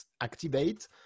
Activate